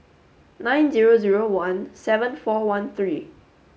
nine zero zero one seven four one three